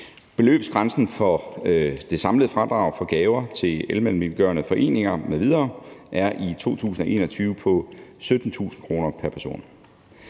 Beløbsgrænsen for det samlede fradrag for gaver til almenvelgørende foreninger m.v. er i 2021 på 17.000 kr. pr. person.